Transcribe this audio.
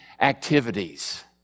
activities